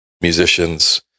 musicians